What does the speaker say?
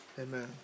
Amen